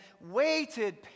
waited